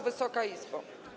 Wysoka Izbo!